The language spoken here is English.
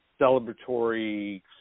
celebratory